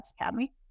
Academy